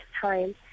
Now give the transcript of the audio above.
time